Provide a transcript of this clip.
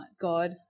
God